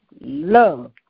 love